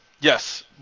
Yes